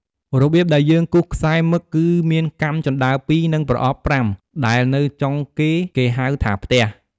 របៀបដែរយើងគូសខ្សែមឹកគឺមានកាំជន្តើរ២ និង ប្រអប់៥ដែលនៅចុងគេគេហៅថាផ្ទះ។